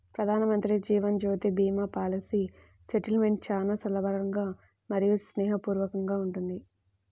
ప్రధానమంత్రి Jeevan Jyoti Bima policy settlement చాలా సరళంగా మరియు స్నేహపూర్వకంగా ఉంటుంది